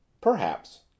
Perhaps